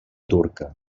turca